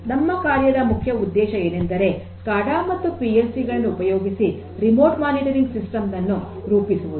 ನಮ್ಮ ಕಾರ್ಯದ ಮುಖ್ಯ ಉದ್ದೇಶ ಏನೆಂದರೆ ಸ್ಕಾಡಾ ಮತ್ತು ಪಿ ಎಲ್ ಸಿ ಗಳನ್ನು ಉಪಯೋಗಿಸಿ ರಿಮೋಟ್ ಮಾನಿಟರಿಂಗ್ ಸಿಸ್ಟಮ್ ನನ್ನು ರೂಪಿಸುವುದು